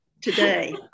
today